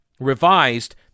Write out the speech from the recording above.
Revised